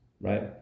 right